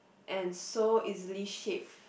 and so easily shaped